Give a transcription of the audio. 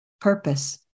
purpose